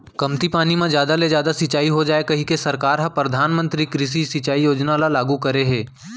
कमती पानी म जादा ले जादा सिंचई हो जाए कहिके सरकार ह परधानमंतरी कृषि सिंचई योजना ल लागू करे हे